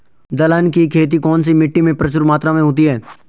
दलहन की खेती कौन सी मिट्टी में प्रचुर मात्रा में होती है?